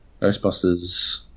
Ghostbusters